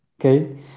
okay